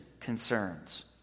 concerns